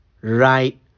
right